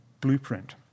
blueprint